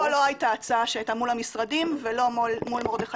זו לא הייתה ההצעה שהייתה מול המשרדים ולא מול המנכ"ל.